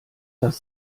das